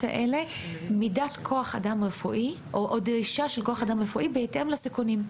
האלה מידת כוח אדם רפואי או דרישת כוח אדם רפואי בהתאם לסיכונים.